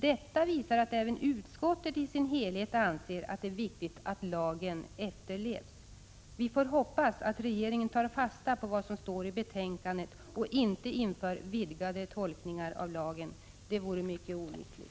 Detta visar att även utskottet i sin helhet anser att det är viktigt att lagen efterlevs. Vi får hoppas att regeringen tar fasta på vad som står i betänkandet och inte inför vidgade tolkningar av lagen. Det vore mycket olyckligt.